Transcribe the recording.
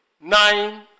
nine